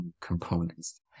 components